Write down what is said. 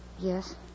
Yes